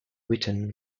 witten